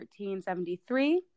1373